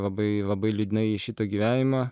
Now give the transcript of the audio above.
labai labai liūdnai iš šito gyvenimo